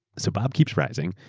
so bob keeps rising.